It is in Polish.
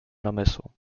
namysłom